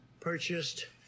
Purchased